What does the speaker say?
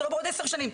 זה לא בעוד עשר שנים,